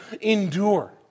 endure